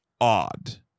odd